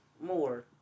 more